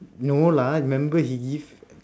no lah remember he give